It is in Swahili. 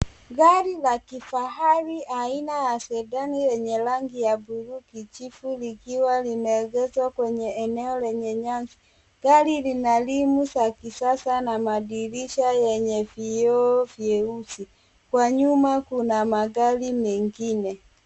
Gari la kifahari aina ya Sedani lenye rangi ya buluu kijivu likiwa limeegezwa kwenye eneo lenye nyasi. Gari lina rimu z kisasa na madirisha yenye vio vyeusi. Kwa nyuma kuna magari mengine.